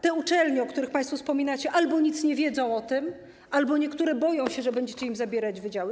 Te uczelnie, o których państwo wspominacie, albo nic nie wiedzą o tym, albo niektóre boją się, że będziecie im zabierać wydziały.